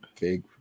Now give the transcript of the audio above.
big